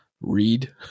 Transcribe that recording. read